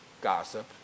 gossip